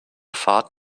fahrt